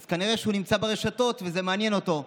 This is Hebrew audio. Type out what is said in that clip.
אז כנראה שהוא נמצא ברשתות וזה מעניין אותו.